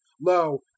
Lo